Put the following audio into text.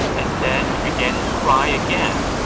and then he began to cry again.